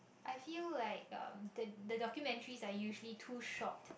I feel like um the the documentaries are usually too short